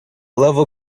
level